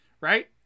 right